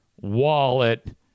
wallet